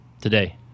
today